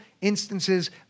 instances